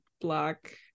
black